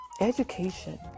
Education